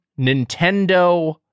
Nintendo